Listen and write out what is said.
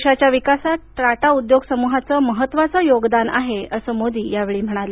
देशाच्या विकासात टाटा उद्योग समूहाचं महत्त्वाचं योगदान आहे असं मोदी म्हणाले